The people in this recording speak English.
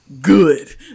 Good